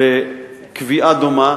וקביעה דומה?